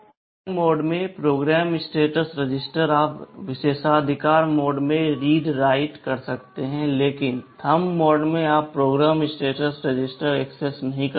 ARM mode में program status register आप विशेषाधिकार मोड में रीड राइट कर सकते हैं लेकिन थंब मोड में आप प्रोग्राम स्टेटस रजिस्टर एक्सेस नहीं कर सकते